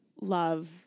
love